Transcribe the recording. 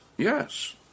yes